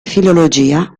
filologia